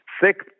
thick